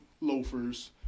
loafers